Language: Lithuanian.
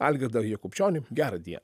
algirdą jakubčionį gerą die